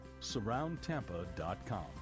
Surroundtampa.com